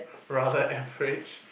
rather average